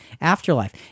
afterlife